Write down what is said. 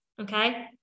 okay